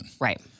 Right